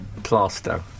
Plasto